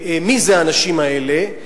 מי זה האנשים האלה?